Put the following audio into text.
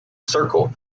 circle